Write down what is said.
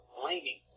blaming